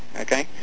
okay